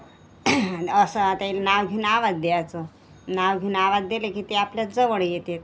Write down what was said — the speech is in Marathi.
असं त्याई नाव घेऊन आवाज द्यायचं नाव घेऊन आवाज दिले की ते आपल्या जवळ येतात